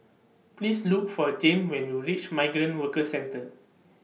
Please Look For Jame when YOU REACH Migrant Workers Centre